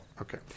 okay